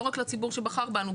לא רק לציבור שבחר בנו,